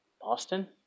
Boston